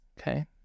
Okay